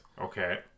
Okay